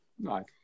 Right